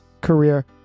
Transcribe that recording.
career